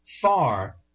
far